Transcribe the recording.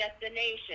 destination